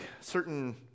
certain